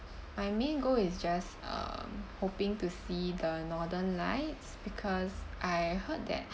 my main goal is just um hoping to see the northern lights because I heard that